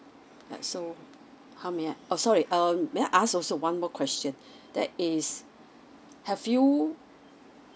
alright so how may oh sorry um may I ask also one more question that is have you